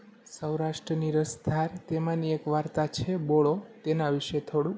સૌરાષ્ટ્રની રસધાર તેમાંની એક વાર્તા છે બોળો તેના વિષે થોડું